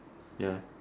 ya